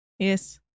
Yes